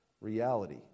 reality